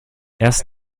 erst